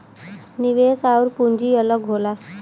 निवेश आउर पूंजी अलग होला